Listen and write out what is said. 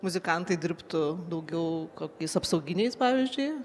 muzikantai dirbtų daugiau kokiais apsauginiais pavyzdžiui